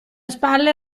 spalle